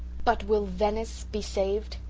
but will venice be saved?